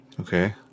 Okay